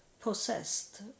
possessed